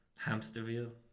Hamsterville